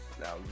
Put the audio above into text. now